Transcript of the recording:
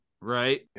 right